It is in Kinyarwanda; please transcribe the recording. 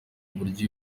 uburyo